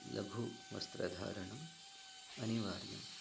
लघुवस्त्रधारणम् अनिवार्यम्